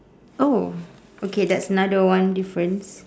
oh okay that's another one difference